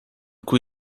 cui